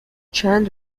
چند